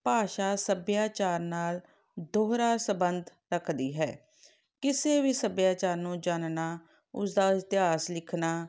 ਭਾਸ਼ਾ ਸੱਭਿਆਚਾਰ ਨਾਲ਼ ਦੋਹਰਾ ਸੰਬੰਧ ਰੱਖਦੀ ਹੈ ਕਿਸੇ ਵੀ ਸੱਭਿਆਚਾਰ ਨੂੰ ਜਾਣਨਾ ਉਸਦਾ ਇਤਿਹਾਸ ਲਿਖਣਾ